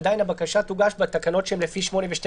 עדיין הבקשה תוגש בתקנות שהן לפי 8 ו-12.